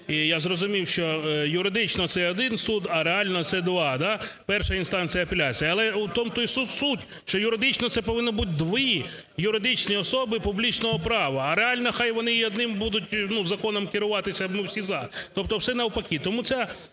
я зрозумів, що юридично – це один суд, а реально – це два, перша інстанція апеляції. Але у тому-то і суть, що юридично це повинно бути дві юридичні особи публічного права, а реально хай вони і одним будуть законом керуватися, ми всі "за", тобто все навпаки.